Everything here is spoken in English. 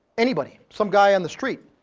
anybody, some guy on the street.